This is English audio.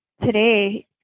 Today